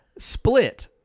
Split